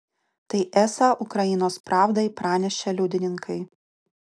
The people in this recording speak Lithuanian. tai esą ukrainos pravdai pranešė liudininkai